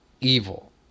evil